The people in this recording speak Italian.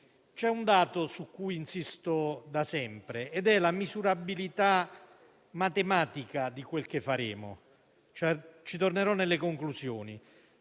C'è un dato su cui insisto da sempre ed è la misurabilità matematica di quel che faremo. Saremo giudicati in